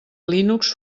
linux